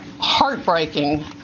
heartbreaking